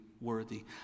worthy